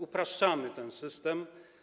Upraszczamy ten system.